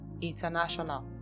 International